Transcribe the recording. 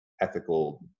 ethical